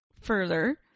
further